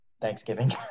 thanksgiving